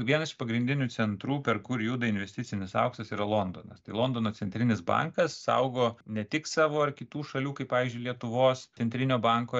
vienas iš pagrindinių centrų per kur juda investicinis auksas yra londonas tai londono centrinis bankas saugo ne tik savo ar kitų šalių kaip pavyzdžiui lietuvos centrinio banko